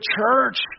church